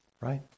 right